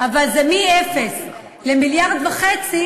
אבל זה מאפס למיליארד וחצי.